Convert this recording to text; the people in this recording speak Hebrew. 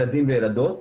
ילדים וילדות,